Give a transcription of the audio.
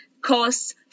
Costs